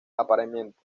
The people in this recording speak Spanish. apareamiento